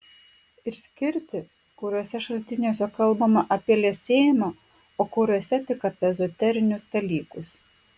ir skirti kuriuose šaltiniuose kalbama apie liesėjimą o kuriuose tik apie ezoterinius dalykus